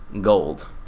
gold